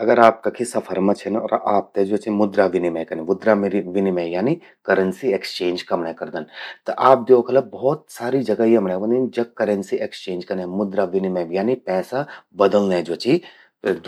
अगर आप कखि सफर मां छिन अर आपते मुद्रा विनिमय कन। मुद्रा विनिमय यानी करेंसी एक्सचेंज कमण्ये करदन। त आप द्योखला कि भौत सारी जगा यमण्ये वंदिन जख करेंसी एक्सचेंज कने, मुद्रा विनिमय यानी पैसा बदल्लें ज्वो चि